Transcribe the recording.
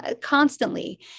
constantly